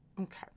Okay